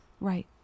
Right